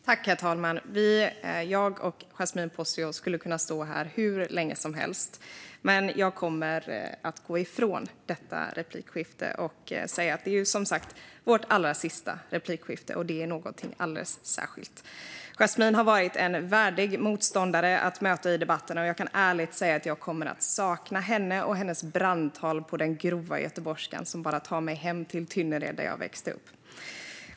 Herr talman! Jag och Yasmine Posio skulle kunna stå här hur länge som helst, men jag kommer att gå ifrån detta ämne och säga: Detta är som sagt vårt allra sista replikskifte, och det är något alldeles särskilt. Yasmine har varit en värdig motståndare att möta i debatterna, och jag kan ärligt säga att jag kommer att sakna henne och hennes brandtal på den grova göteborgskan, som tar mig hem till Tynnered, där jag växte upp.